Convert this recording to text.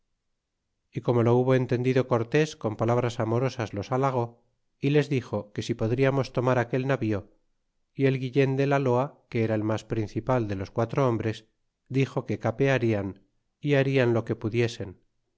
y como lo hubo entendido cortes con palabras amorosas los halagó y les dixo que si podriamos tomar aquel navío y el guillen de la loa que era el mas principal de los quatro hombres dixo que capearían y barian lo que pudiesen